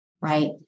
right